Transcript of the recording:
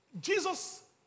Jesus